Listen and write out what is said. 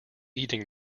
eating